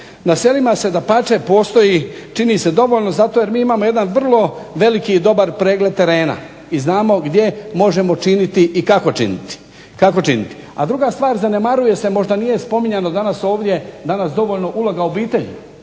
Na selima dapače postoji čini se dovoljno zato jer mi imamo jedan vrlo veliki i dobar pregled terena i znamo gdje možemo i kako činiti. A druga stvar zanemaruje se možda nije spominjano danas ovdje dovoljno uloga obitelji,